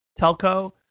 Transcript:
telco